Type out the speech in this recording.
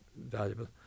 valuable